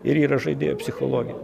ir yra žaidėjo psichologi